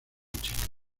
chicas